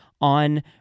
on